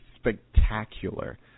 spectacular